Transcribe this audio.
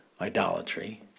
Idolatry